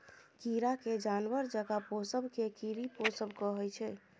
कीरा केँ जानबर जकाँ पोसब केँ कीरी पोसब कहय छै